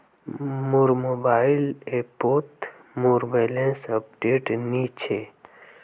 मोर मोबाइल ऐपोत मोर बैलेंस अपडेट नि छे